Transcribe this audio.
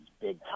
big